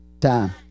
time